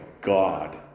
God